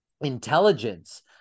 intelligence